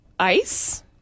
Ice